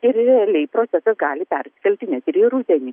ir realiai procesas gali persikelti net ir į rudenį